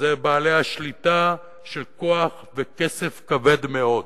זה בעלי השליטה של כוח וכסף כבד מאוד.